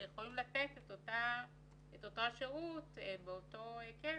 עסקים שיכולים לתת את אותו שירות באותו היקף.